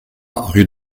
rue